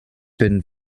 bin